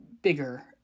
bigger